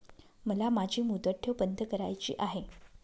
मला माझी मुदत ठेव बंद करायची आहे